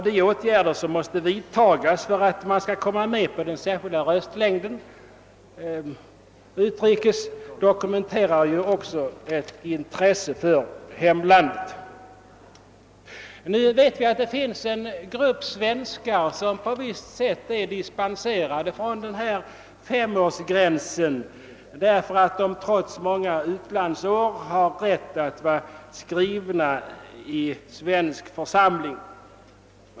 De åtgärder som måste vidtas för att en utlandssvensk skall komma med på den särskilda röstlängden utrikes dokumenterar också ett intresse för hemlandet. Det finns en grupp svenskar som på visst sätt är dispenserade från femårsgränsen genom att de trots många utlandsår har rätt att vara skrivna i svensk församling.